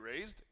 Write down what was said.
raised